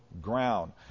ground